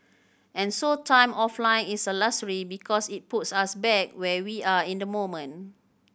and so time offline is a luxury because it puts us back where we are in the moment